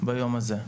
ביום הזה.